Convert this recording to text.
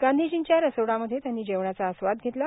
गांधीजींच्या रसोडा मध्ये त्यांनी जेवणाचा आस्वाद घेतला